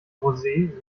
rosee